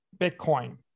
Bitcoin